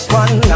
one